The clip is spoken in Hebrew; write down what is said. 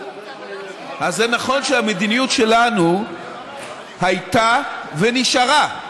אז זה נכון שהמדיניות שלנו הייתה ונשארה,